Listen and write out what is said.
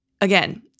again—